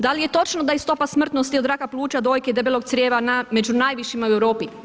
Da li je točno da je stopa smrtnosti od raka pluća, dojke, debelog crijeva među najvišima u Europi?